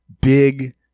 big